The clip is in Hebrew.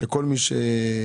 שכואב לאזרח,